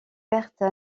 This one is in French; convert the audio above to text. pertes